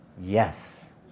Yes